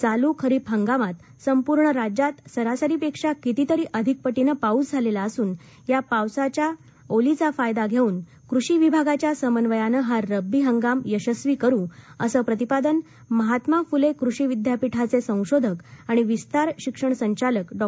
चालू खरीप हंमागात संपूर्ण महाराष्टात सरासरीपेक्षा कितीतरी अधिक पटीने पाऊस झालेला असन या पावसाच्या ओलीचा फायदा घेवन कषि विभागाच्या समन्वयानं हा रब्बी हंगाम यशस्वी करु असं प्रतिपादन महात्मा फुले कृषि विद्यापीठाचे संशोधन आणि विस्तार शिक्षण संचालक डॉ